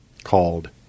called